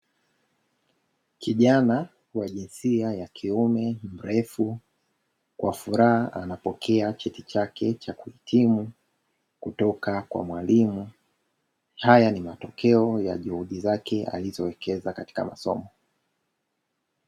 Kijana wa jinsia ya kiume mrefu, kwa furaha anapokea cheti chake cha kuhitimu kutoka kwa mwalimu, haya ni matokeo ya juhudi zake alizowekeza katika masomo.